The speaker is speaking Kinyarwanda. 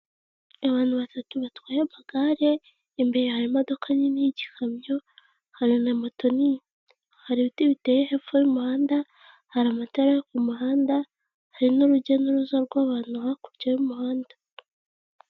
Abantu batatu batwaye amagare, imbere hari imodoka nini y'igikamyo, hari na moto nini, hari ibiti biteye hepfo y'umuhanda, hari amatara yo ku muhanda, hari n'urujya n'uruza rw'abantu hakurya y'umuhanda.